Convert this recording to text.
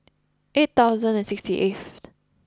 eight thousand and sixty eighth